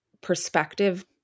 perspective